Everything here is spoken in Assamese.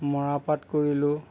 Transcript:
মৰাপাট কৰিলোঁ